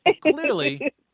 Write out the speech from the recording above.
clearly